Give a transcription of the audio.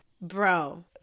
bro